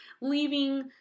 leaving